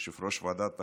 יושב-ראש ועדת החוקה,